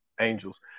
angels